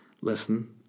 listen